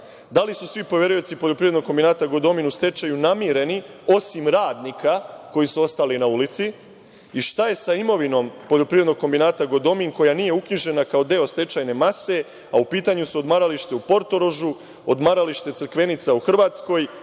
Da li su svi poverioci Poljoprivrednog kombinata Godomin u stečaju namireni, osim radnika koji su ostali na ulici? Šta je sa imovinom Poljoprivrednog kombinata Godomin koja nije uknjižena kao deo stečajne mase, a u pitanju su odmaralište u Portorožu, odmaralište Crkvenica u Hrvatskoj,